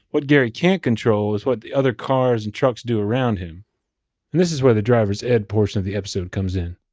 what gary can't control, is what the other cars and trucks do around him, and this is where the drivers ed portion of the episode comes in.